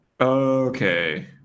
okay